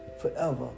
forever